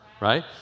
right